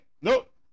Nope